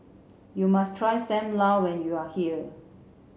you must try Sam Lau when you are here